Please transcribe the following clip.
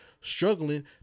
struggling